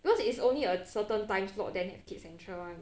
because it is only a certain time slot then have kids central [one]